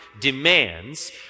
demands